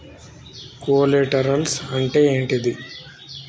Collaterals అంటే ఏంటిది?